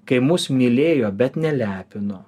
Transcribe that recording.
kai mus mylėjo bet nelepino